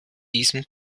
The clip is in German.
diesem